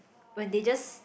when they just